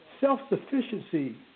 self-sufficiency